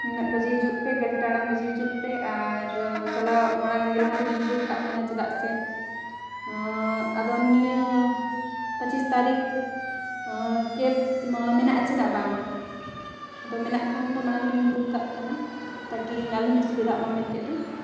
ᱱᱤᱱᱟᱹᱜ ᱵᱟᱡᱮ ᱦᱤᱡᱩᱜ ᱯᱮ ᱜᱮᱞ ᱴᱟᱲᱟᱝ ᱵᱟᱡᱮ ᱦᱤᱡᱩᱜ ᱯᱮ ᱟᱨ ᱪᱟᱞᱟᱣ ᱢᱟᱲᱟᱝ ᱨᱮᱜᱮ ᱞᱟᱦᱟᱨᱮᱜᱮᱧ ᱵᱩᱠ ᱠᱟᱜ ᱠᱟᱱᱟ ᱪᱮᱫᱟᱜ ᱥᱮ ᱟᱫᱚ ᱱᱤᱭᱟᱹ ᱯᱚᱪᱤᱥ ᱛᱟᱨᱤᱠᱷ ᱠᱮᱵ ᱢᱟ ᱢᱮᱱᱟᱜᱼᱟ ᱥᱮ ᱵᱟᱝᱼᱟ ᱟᱫᱚ ᱢᱮᱱᱟᱜ ᱠᱷᱟᱱ ᱫᱚ ᱢᱟᱲᱟᱝ ᱨᱮᱜᱮᱧ ᱵᱩᱠ ᱠᱟᱜ ᱠᱟᱱᱟ ᱛᱟᱠᱤ ᱤᱧ ᱟᱞᱚᱧ ᱚᱥᱩᱵᱤᱫᱷᱟᱜ ᱢᱟ ᱢᱮᱱᱛᱮᱫ ᱫᱚ